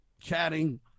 chatting